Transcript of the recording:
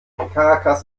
caracas